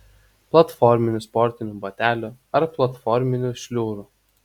platforminių sportinių batelių ar platforminių šliurių